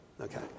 okay